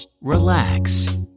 relax